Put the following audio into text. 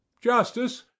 Justice